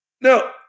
No